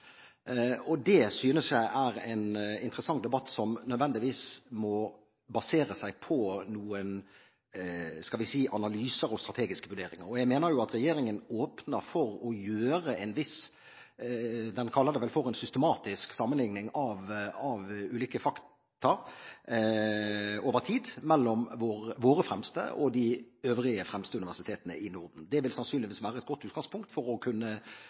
ha. Det synes jeg er en interessant debatt, som nødvendigvis må basere seg på noen analyser og strategiske vurderinger. Jeg mener at regjeringen åpner for å gjøre en viss – de kaller det vel for en – systematisk sammenligning av ulike fakta over tid mellom våre fremste og de øvrige fremste universitetene i Norden. Det vil sannsynligvis være et godt utgangspunkt for å kunne